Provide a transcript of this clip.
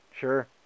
Sure